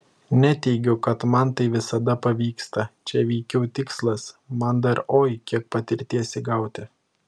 neteigiu kad man tai visada pavyksta čia veikiau tikslas man dar oi kiek patirties įgauti